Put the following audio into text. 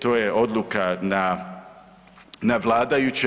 To je odluka na vladajućem.